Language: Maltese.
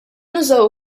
nużaw